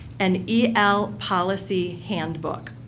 an el policy handbook.